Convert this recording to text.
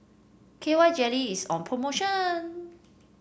K Y Jelly is on promotion